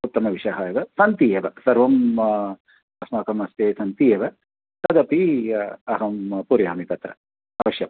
उत्तमविषयाः एव सन्ति एव सर्वम् अस्माकं हस्ते सन्ति एव तदपि अहं पूरयामि तत्र अवश्यम्